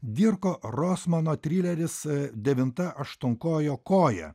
dirko rosmano trileris devinta aštuonkojo koja